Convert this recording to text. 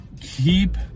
Keep